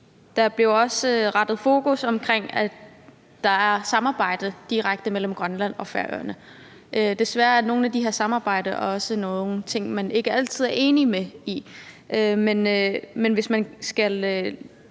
Der blev også rettet fokus på, at der er et samarbejde direkte mellem Grønland og Færøerne. Desværre er der i nogle af de her samarbejder også nogle ting, som man ikke altid er enige om. Men hvis man skal